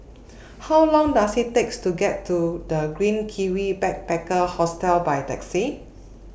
How Long Does IT takes to get to The Green Kiwi Backpacker Hostel By Taxi